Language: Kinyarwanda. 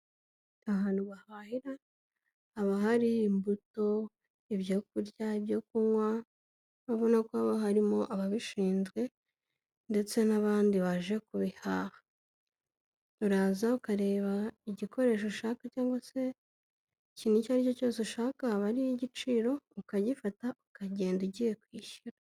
Ahantu bahahira, haba hari imbuto, ibyo kurya, ibyo kunywa urabona ko haba harimo ababishinzwe ndetse n'abandi baje kubihaha, uraza ukareba igikoresho ushaka cyangwa se ikintu icyo ari cyo cyose ushaka, haba hariho igiciro ukagifata ukagenda ugiye kwishyura.